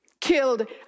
killed